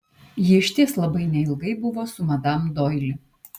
ji išties labai neilgai buvo su madam doili